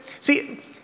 see